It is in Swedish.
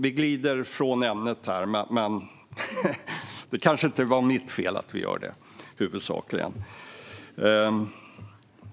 Vi glider från ämnet här, men det kanske inte huvudsakligen är mitt fel att vi gör det.